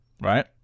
right